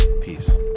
Peace